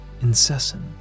incessant